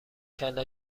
کله